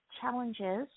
challenges